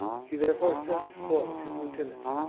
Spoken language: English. he therefore sent for ward his lieutenant,